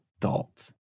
adult